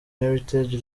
heritage